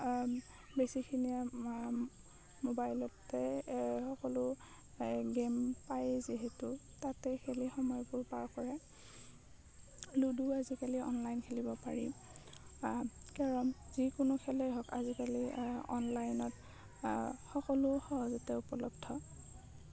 বেছিখিনিয়ে মোবাইলতে সকলো গেম পায় যিহেতু তাতে খেলি সময়বোৰ পাৰ কৰে লুডু আজিকালি অনলাইন খেলিব পাৰি কেৰম যিকোনো খেলেই হওক আজিকালি অনলাইনত সকলো সহজতে উপলব্ধ